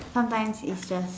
sometimes it's just